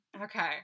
Okay